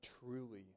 truly